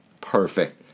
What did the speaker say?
Perfect